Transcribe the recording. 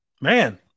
man